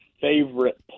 favorite